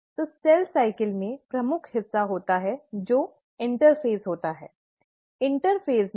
तो cell cycle में प्रमुख हिस्सा होता है जो इंटरफेज़ होता है